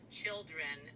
children